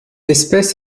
espèce